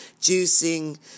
juicing